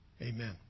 Amen